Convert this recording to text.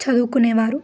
చదువుకునేవారు